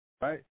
right